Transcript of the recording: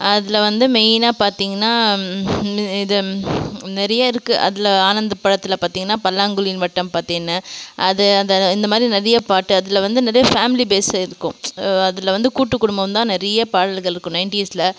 அதில் வந்து மெயினாக பார்த்திங்கன்னா இ இது நிறையே இருக்குது அதில் ஆனந்த படத்தில் பார்த்திங்கன்னா பல்லாங்குழியில் வட்டம் பார்த்தேன்னு அது அந்த இந்த மாதிரி நிறையா பாட்டு அதில் வந்து நிறைய ஃபேமிலி பேஸ் இருக்கும் அதில் வந்து கூட்டு குடும்பம்தான் நிறைய பாடல்கள் இருக்கும் நைன்டீஸ்ஸில்